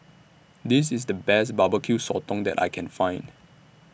This IS The Best Barbecue Sotong that I Can Find